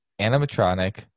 animatronic